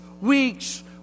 weeks